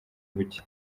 buke